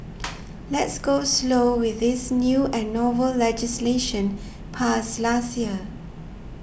let's go slow with this new and novel legislation passed last year